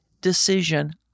decision